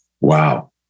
Wow